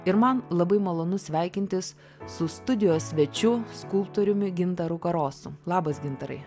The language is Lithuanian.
ir man labai malonu sveikintis su studijos svečiu skulptoriumi gintaru karosu labas gintarai